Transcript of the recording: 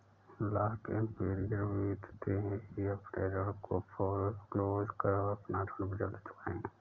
lock in period बीतते ही अपने ऋण को फोरेक्लोज करे और अपना ऋण जल्द चुकाए